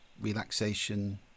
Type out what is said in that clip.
relaxation